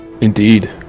indeed